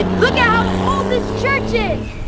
did. look at how old this church is.